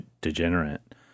Degenerate